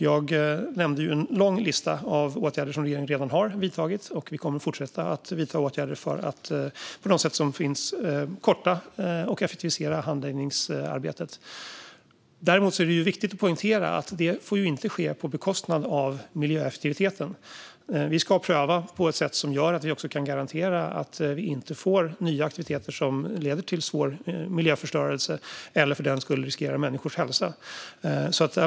Jag nämnde en lång lista med åtgärder som regeringen redan har vidtagit, och vi kommer att fortsätta att vidta åtgärder för att på de sätt som finns korta och effektivisera handläggningsarbetet. Däremot är det viktigt att poängtera att detta inte får ske på bekostnad av miljöeffektiviteten. Vi ska pröva på ett sätt som garanterar att vi inte får nya aktiviteter som leder till svår miljöförstörelse eller riskerar människors hälsa.